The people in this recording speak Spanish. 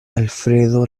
alfredo